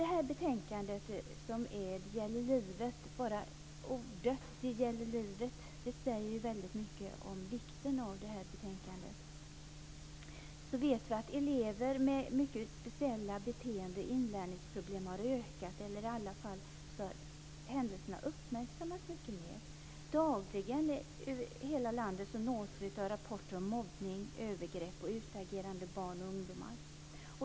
Enligt betänkandet Det gäller livet - namnet Det gäller livet säger mycket om vikten av betänkandet - vet vi att elever med speciella beteenden och inlärningsproblem har ökat. Händelserna har i alla fall uppmärksammats mycket mer. Dagligen nås vi av rapporter från hela landet om mobbning, övergrepp och utagerande barn och ungdomar.